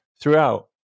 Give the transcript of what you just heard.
Throughout